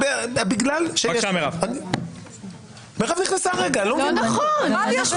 יכול להיות שהקואליציה הבאה לא תרצה